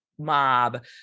Mob